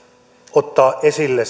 ottaa esille